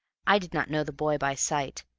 i did not know the boy by sight,